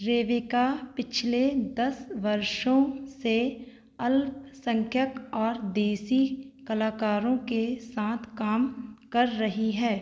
रेविका पिछले दस वर्षों से अल्पसँख्यक और देसी कलाकारों के साथ काम कर रही हैं